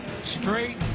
straight